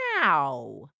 now